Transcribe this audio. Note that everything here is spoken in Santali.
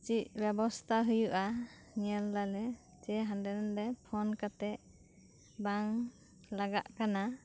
ᱪᱮᱫ ᱵᱮᱵᱚᱥᱛᱟ ᱦᱳᱭᱳᱜᱼᱟ ᱧᱮᱞ ᱫᱟᱞᱮ ᱪᱮ ᱦᱟᱸᱰᱮ ᱱᱟᱸᱰᱮ ᱯᱷᱳᱱ ᱠᱟᱛᱮᱫ ᱵᱟᱝ ᱞᱟᱜᱟᱜ ᱠᱟᱱᱟ